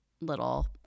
little